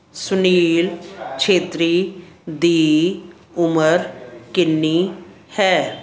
ਸੁਨੀਲ ਛੇਤਰੀ ਦੀ ਉਮਰ ਕਿੰਨੀ ਹੈ